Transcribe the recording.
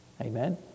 Amen